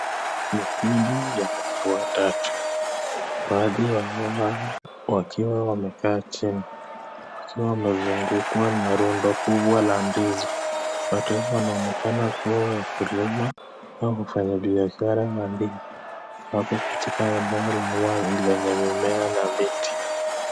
Nikundi ya watu watatu baadhi yao wakiwa wamekaa chini wakiwa wamezungukwa na rundo kubwa la ndizi watu waonekana kuwa wakulima au wafanyi biashara wa ndizi wako katika eneo lao yenye mimea la miti